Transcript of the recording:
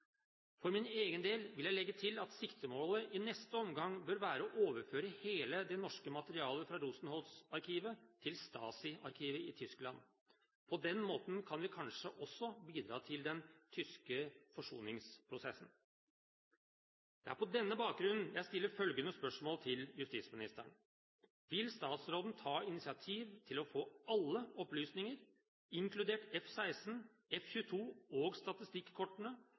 For min egen del vil jeg legge til at siktemålet i neste omgang bør være å overføre hele det norske materialet fra Rosenholz-arkivet til Stasi-arkivet i Tyskland. På den måten kan vi kanskje også bidra til den tyske forsoningsprosessen. Det er på denne bakgrunn jeg stiller følgende spørsmål til justisministeren: Vil statsråden ta initiativ til å få alle opplysninger, inkludert F-16, F-22 og